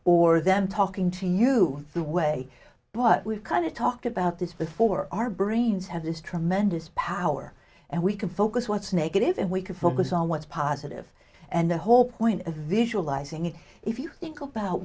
or them talking to you the way but we've kind of talked about this before our brains have this tremendous power and we can focus what's negative and we can focus on what's positive and the whole point of visualizing it if you think about